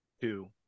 Two